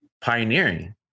pioneering